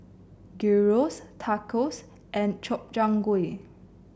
Gyros Tacos and Gobchang Gui